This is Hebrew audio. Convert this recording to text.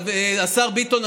השר ביטון,